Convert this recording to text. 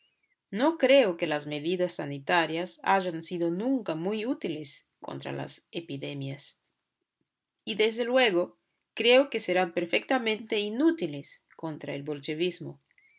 no creo que las medidas sanitarias hayan sido nunca muy útiles contra las epidemias y desde luego creo que serán perfectamente inútiles contra el bolchevismo